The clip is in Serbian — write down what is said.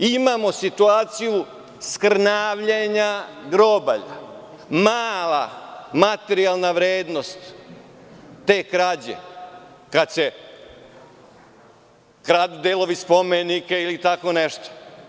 Imamo situaciju skrnavljenja grobalja, mala materijalna vrednost te krađe, kada se kradu delovi spomenika ili tako nešto.